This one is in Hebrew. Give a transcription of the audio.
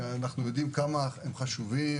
שאנחנו יודעים כמה הם חשובים,